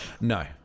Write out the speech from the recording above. no